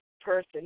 person